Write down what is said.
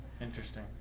interesting